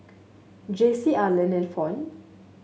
Jaycie Arland and Fawn